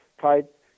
type